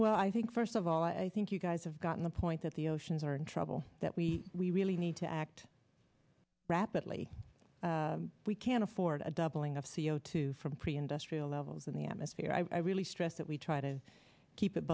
well i think first of all i think you guys have gotten the point that the oceans are in trouble that we we really need to act rapidly we can't afford a doubling of c o two from pre industrial levels in the atmosphere i really stress that we try to keep it